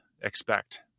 expect